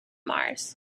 mars